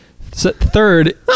third